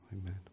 Amen